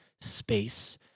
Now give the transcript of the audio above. space